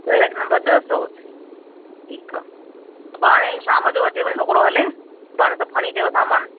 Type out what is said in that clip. barrack number ॾह सौ असी ठीकु आहे सुभाणे शामु जो अचेव छोकिरो हले सुभाणे सभु खणी अचेव सामानु